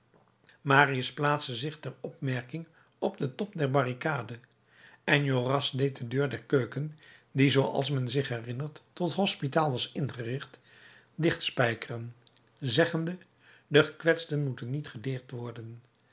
marius plaatste zich ter opmerking op den top der barricade enjolras deed de deur der keuken die zooals men zich herinnert tot hospitaal was ingericht dicht spijkeren zeggende de gekwetsten moeten niet gedeerd worden